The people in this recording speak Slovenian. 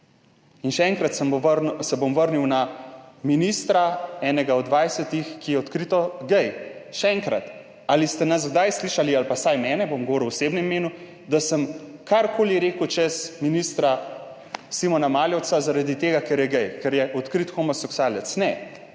In še enkrat se bom vrnil na ministra, enega od 20, ki je odkrito gej. Še enkrat. Ali ste nas kdaj slišali, ali pa vsaj mene, bom govoril v osebnem imenu, da sem karkoli rekel čez ministra Simona Maljevca zaradi tega, ker je gej, ker je odkrit homoseksualec? Ne.